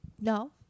no